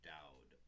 Dowd